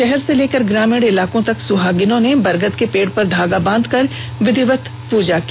शहर से लेकर ग्रामीण इलाकों तक में सुहागिन महिलाओं ने बरगद के पेड़ पर धागा बांधकर विधिवत पूजा की